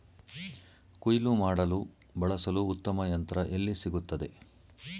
ಕುಯ್ಲು ಮಾಡಲು ಬಳಸಲು ಉತ್ತಮ ಯಂತ್ರ ಎಲ್ಲಿ ಸಿಗುತ್ತದೆ?